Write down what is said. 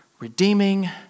redeeming